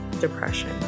depression